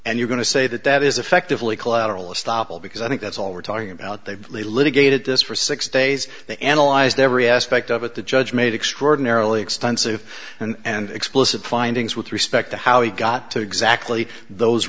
and you're going to say that that is effectively collateral estoppel because i think that's all we're talking about they really litigated this for six days they analyzed every aspect of it the judge made extraordinarily extensive and explicit findings with respect to how he got to exactly those